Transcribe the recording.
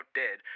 dead